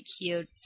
cute